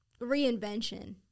reinvention